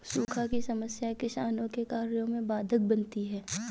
सूखा की समस्या किसानों के कार्य में बाधक बनती है